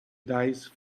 dice